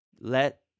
Let